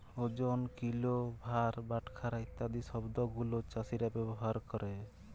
ওজন, কিলো, ভার, বাটখারা ইত্যাদি শব্দ গুলো চাষীরা ব্যবহার ক্যরে